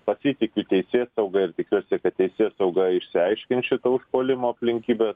pasitikiu teisėsauga ir tikiuosi kad teisėsauga išsiaiškins šito užpuolimo aplinkybes